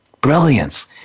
brilliance